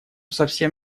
совсем